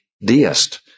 deist